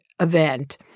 event